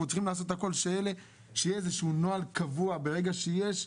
אנחנו צריכים לעשות הכל שיהיה נוהל קבוע וברגע שיש,